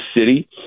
city